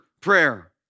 prayer